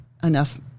enough